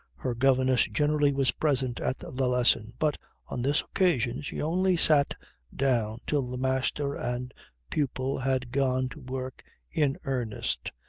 her governess generally was present at the lesson but on this occasion she only sat down till the master and pupil had gone to work in earnest,